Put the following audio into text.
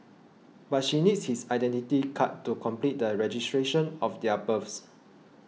but she needs his Identity Card to complete the registration of their births